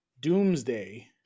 doomsday